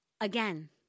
Again